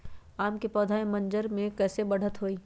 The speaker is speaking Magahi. आम क पौधा म मजर म कैसे बढ़त होई?